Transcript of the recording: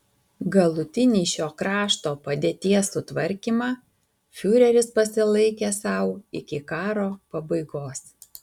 galutinį šio krašto padėties sutvarkymą fiureris pasilaikė sau iki karo pabaigos